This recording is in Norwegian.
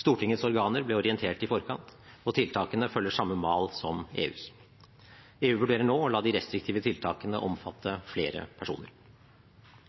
Stortingets organer ble orientert i forkant, og tiltakene følger samme mal som EUs. EU vurderer nå å la de restriktive tiltakene omfatte flere personer.